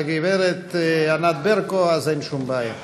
לגברת ענת ברקו, אז אין שום בעיה.